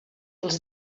els